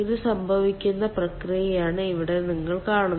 ഇത് സംഭവിക്കുന്ന പ്രക്രിയയാണെന്ന് ഇവിടെ നിങ്ങൾ കാണുന്നു